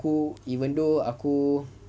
aku even though aku